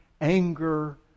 Anger